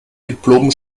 diplom